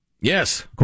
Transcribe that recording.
Yes